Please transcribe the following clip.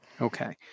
Okay